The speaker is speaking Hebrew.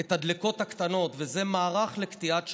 את הדלקות הקטנות, וזה מערך לקטיעת שרשראות,